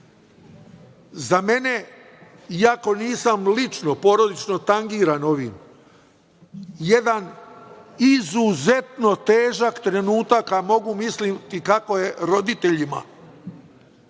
za mene iako nisam lično, porodično tangiram ovim, jedan izuzetno težak trenutak, a mogu misliti kako je roditeljima.